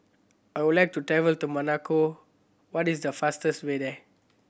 I would like to travel to Monaco what is the fastest way there